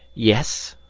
yes,